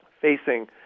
facing